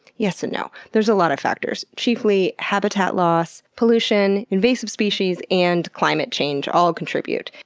yes and no. there's a lot of factors, chiefly habitat loss, pollution, invasive species, and climate change all contribute.